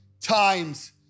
times